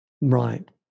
Right